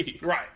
Right